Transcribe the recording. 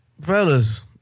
Fellas